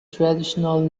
traditional